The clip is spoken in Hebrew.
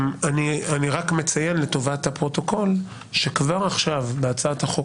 אני רק מציין לטובת הפרוטוקול שכבר עכשיו בהצעת החוק